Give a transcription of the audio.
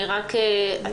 אני רק אתייחס.